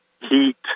heat